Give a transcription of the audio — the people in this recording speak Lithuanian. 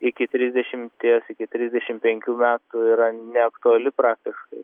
iki trisdešimties iki trisdešim penkių metų yra neaktuali praktiškai